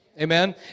amen